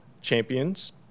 Champions